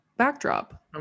backdrop